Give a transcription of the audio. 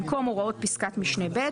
במקום הוראות פסקת משנה (ב),